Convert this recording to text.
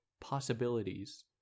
possibilities